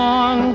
on